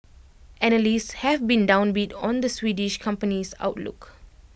analysts have been downbeat on the Swedish company's outlook